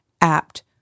apt